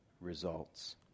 results